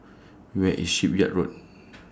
Where IS Shipyard Road